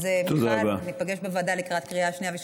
אז מיכל, ניפגש בוועדה לקראת קריאה שנייה ושלישית.